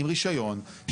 עם רישיון,